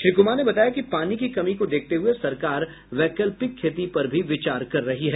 श्री कुमार ने बताया कि पानी की कमी को देखते हुए सरकार वैकल्पिक खेती पर भी विचार कर रही है